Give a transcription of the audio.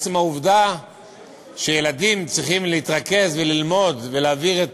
עצם העובדה שילדים צריכים להתרכז וללמוד ולהעביר את